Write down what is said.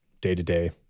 day-to-day